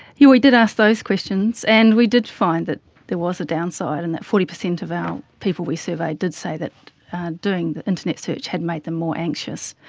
yeah we did ask those questions and we did find that there was a downside and that forty percent of our people we surveyed did say that doing the internet search had made them more anxious.